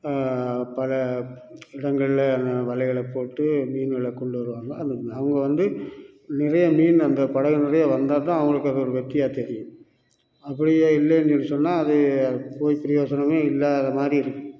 பல இடங்களில் வலைகளைப் போட்டு மீன்களை கொண்டு வருவாங்க அந்த அவங்க வந்து நிறைய மீன் அந்த படகுகள்லையே வந்தால்க தான் அவங்களுக்கு அது ஒரு வெற்றியாக தெரியும் அப்படியே இல்லைன்னு சொன்னால் அது போய் பிரயோஜனமே இல்லாதமாதிரி இருக்